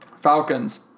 Falcons